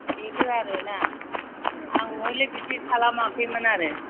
बेबो आरो ना आं हले बिदि खालामाखैमोन आरो